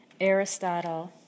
Aristotle